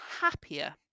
happier